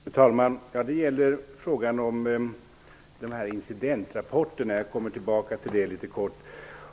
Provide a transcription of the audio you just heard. Fru talman! Det gäller frågan om de här incidentrapporterna. Jag kommer tillbaka till det litet kort.